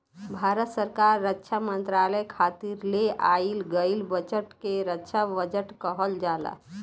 भारत सरकार रक्षा मंत्रालय खातिर ले आइल गईल बजट के रक्षा बजट कहल जाला